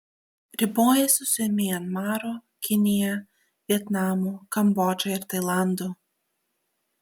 ribojasi su mianmaru kinija vietnamu kambodža ir tailandu